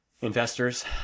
Investors